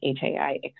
HAI